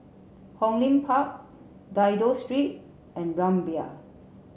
Hong Lim Park Dido Street and Rumbia